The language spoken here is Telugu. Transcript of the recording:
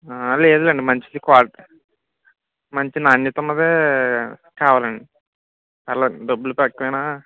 లేదులే అండి మంచిది క్వాలిటీ మంచి నాణ్యత ఉన్నదే కావాలి అండి పర్లేదు డబ్బులు తక్కువైనా